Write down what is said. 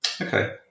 Okay